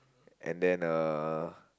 and then uh